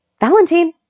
Valentine